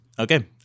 Okay